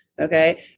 Okay